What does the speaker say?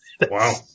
Wow